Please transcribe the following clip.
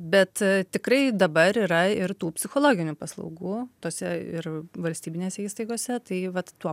bet tikrai dabar yra ir tų psichologinių paslaugų tose ir valstybinėse įstaigose tai vat tuo